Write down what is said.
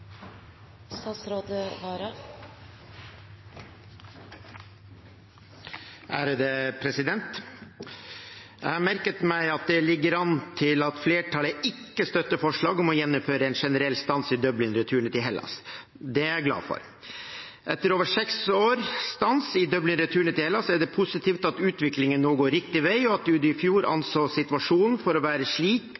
Jeg har merket meg at det ligger an til at flertallet ikke støtter forslaget om å gjeninnføre en generell stans i Dublin-returene til Hellas. Det er jeg glad for. Etter over seks års stans i Dublin-returer til Hellas, er det positivt at utviklingen nå går riktig vei, og at UDI i fjor